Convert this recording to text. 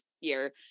year